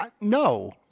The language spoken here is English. no